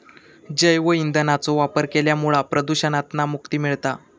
जैव ईंधनाचो वापर केल्यामुळा प्रदुषणातना मुक्ती मिळता